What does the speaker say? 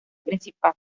principal